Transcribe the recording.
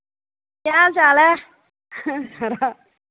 केह् हाल चाल ऐ खरा